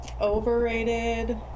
overrated